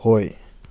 ꯍꯣꯏ